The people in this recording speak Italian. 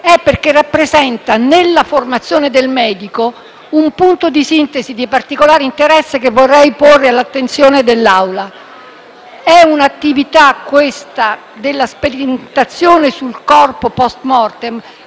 perché rappresenta, nella formazione del medico, un punto di sintesi di particolare interesse che vorrei porre all'attenzione dell'Assemblea. È un'attività, quella della sperimentazione sul corpo *post mortem*,